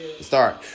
Start